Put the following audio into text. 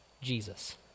Jesus